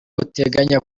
buteganya